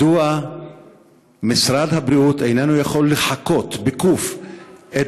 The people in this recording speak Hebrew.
מדוע משרד הבריאות איננו יכול לחקות את בית-החולים